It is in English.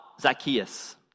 Zacchaeus